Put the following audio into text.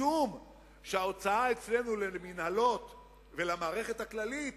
משום שההוצאה אצלנו למינהלות ולמערכת הכללית